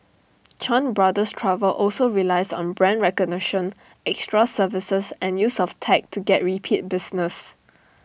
chan brothers travel also relies on brand recognition extra services and use of tech to get repeat business